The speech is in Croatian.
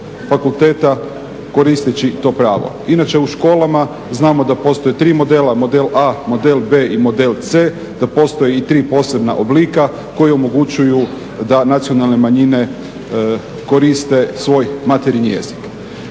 fakulteta koristeći to pravo. Inače, u školama znamo da postoje tri modela, model A, model B i model C, da postoje i tri posebna oblika koji omogućuju da nacionalne manjine koriste svoj materinji jezik.